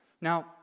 Now